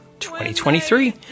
2023